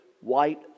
White